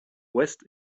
west